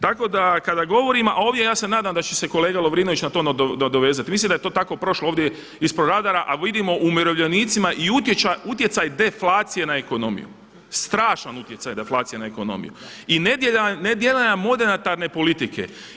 Tako da kada govorim, a ovdje ja se nadam da će se kolega Lovrivnović na to dovezati mislim da je to tako prošlo ovdje ispod radara, a vidimo umirovljenicima i utjecaj deflacije na ekonomiju, strašan utjecaj deflacije na ekonomiju i nedjelovanje monetarne politike.